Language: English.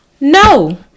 No